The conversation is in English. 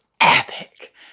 epic